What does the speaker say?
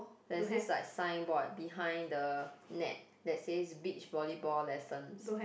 there's this like signboard behind the net that says beach volleyball lessons